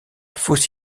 fosse